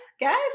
guys